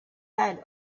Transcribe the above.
had